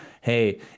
hey